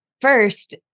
first